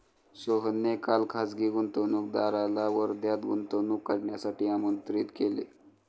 सोहनने काल खासगी गुंतवणूकदाराला वर्ध्यात गुंतवणूक करण्यासाठी आमंत्रित केले